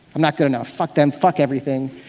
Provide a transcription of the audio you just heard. i'm not good enough. fuck them. fuck everything,